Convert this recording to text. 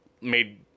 made